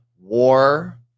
war